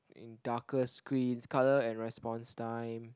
in darker screens colour and response time